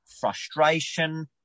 frustration